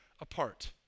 apart